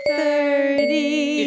thirty